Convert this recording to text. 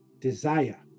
desire